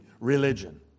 religion